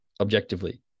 objectively